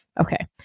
okay